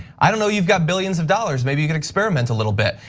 i don't know, you've got billions of dollars, maybe you can experiment a little bit.